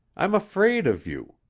i'm afraid of you.